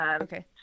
Okay